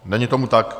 Není tomu tak.